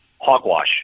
Hogwash